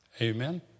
Amen